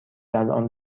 الان